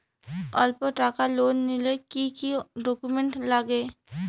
অল্প টাকার লোন নিলে কি কি ডকুমেন্ট লাগে?